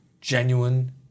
genuine